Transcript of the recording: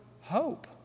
hope